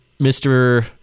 Mr